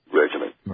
regiment